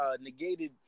negated